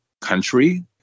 country